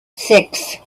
six